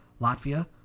Latvia